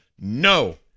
No